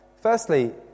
Firstly